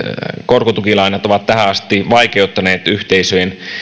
korkotukilainat ovat tähän asti vaikeuttaneet yhteisöjen